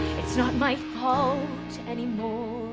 it's not my fault anymore,